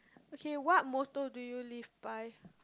okay what motto do you live by